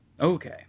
Okay